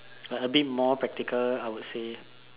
uh a bit more practical I would say